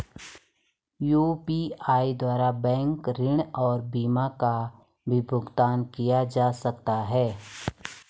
UPI द्वारा bank ऋण और बीमा का भी भुगतान किया जा सकता है?